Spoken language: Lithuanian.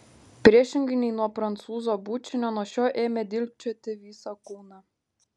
priešingai nei nuo prancūzo bučinio nuo šio ėmė dilgčioti visą kūną